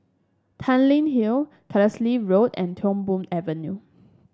Tanglin Hill Carlisle Road and Tiong Poh Avenue